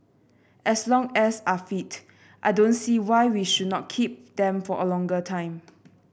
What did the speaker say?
as long as are fit I don't see why we should not keep them for a longer time